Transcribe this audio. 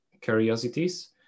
curiosities